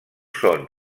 són